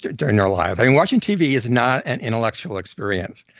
during their life and watching tv is not an intellectual experience.